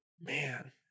Man